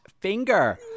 finger